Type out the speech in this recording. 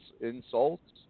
insults